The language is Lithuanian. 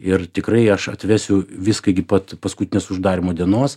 ir tikrai aš atvesiu viską iki pat paskutinės uždarymo dienos